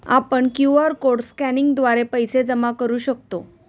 आपण QR code स्कॅनिंगद्वारे पैसे जमा करू शकतो